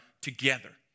together